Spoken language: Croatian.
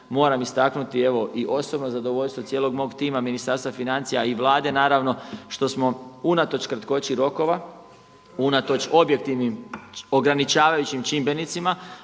moram istaknuti evo i osobno zadovoljstvo cijelog mog tima Ministarstva financija i Vlade naravno, što smo unatoč kratkoći rokova, unatoč objektivnim ograničavajućim čimbenicima,